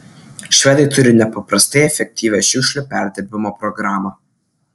švedai turi nepaprastai efektyvią šiukšlių perdirbimo programą